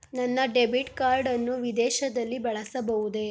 ನನ್ನ debit card ಅನ್ನು ವಿದೇಶದಲ್ಲಿ ಬಳಸಬಹುದೇ?